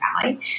Valley